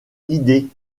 guidée